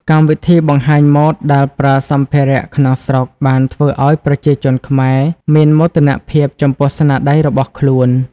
កម្មវិធីបង្ហាញម៉ូដដែលប្រើសម្ភារៈក្នុងស្រុកបានធ្វើឲ្យប្រជាជនខ្មែរមានមោទនភាពចំពោះស្នាដៃរបស់ខ្លួន។